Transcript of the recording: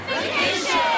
Vacation